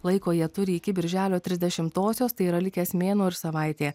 laiko jie turi iki birželio trisdešimtosios tai yra likęs mėnuo ir savaitė